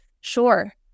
Sure